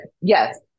yes